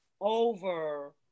over